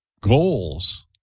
goals